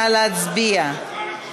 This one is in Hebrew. אדוני יושב-ראש ועדת הכנסת.